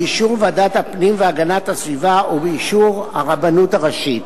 באישור ועדת הפנים והגנת הסביבה ובאישור הרבנות הראשית.